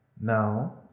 now